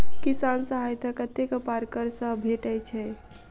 किसान सहायता कतेक पारकर सऽ भेटय छै?